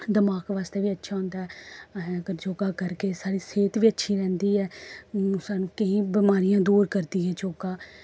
दमाक बास्तै बी अच्छा होंदा ऐ अस अगर योग करगे साढ़ी सेह्त बी अच्छी रैंह्दी ऐ साढ़ी केईं बमारियां दूर करदी ऐ योग